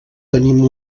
tenim